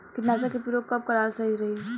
कीटनाशक के प्रयोग कब कराल सही रही?